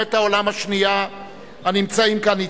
במלחמת העולם השנייה הנמצאים כאן אתנו,